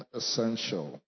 essential